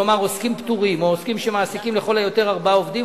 כלומר עוסקים פטורים או עוסקים שמעסיקים לכל היותר ארבעה עובדים,